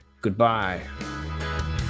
goodbye